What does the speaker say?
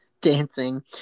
Dancing